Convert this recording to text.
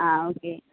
ஆ okay